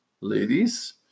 ladies